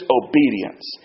obedience